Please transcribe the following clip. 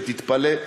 ותתפלא,